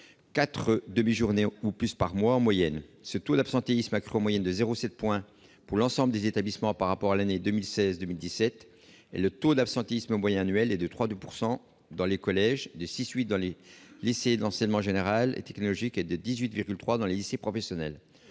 demi-journées ou plus par mois, en moyenne. Ce taux d'absentéisme a crû en moyenne de 0,7 point pour l'ensemble des établissements par rapport à l'année 2016-2017, et le taux d'absentéisme moyen annuel est de 3,2 % dans les collèges, de 6,8 % dans les lycées d'enseignement général et technologique et de 18,3 % dans les lycées professionnels.